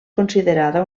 considerada